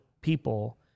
people